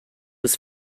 was